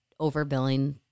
overbilling